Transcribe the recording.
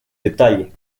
detalle